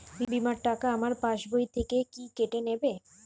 বিমার টাকা আমার পাশ বই থেকে কি কেটে নেবে?